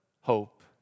hope